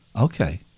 Okay